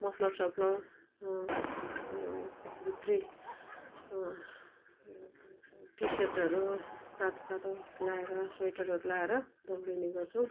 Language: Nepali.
मफलर सफलर भित्री टी सर्टहरू तातो तातो लाएर स्वेटरहरू लाएर दौडिने गर्छौँ